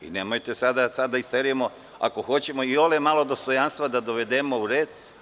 Nemojte sada da isterujemo, ako hoćemo iole malo dostojanstva da dovedemo u red.